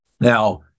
Now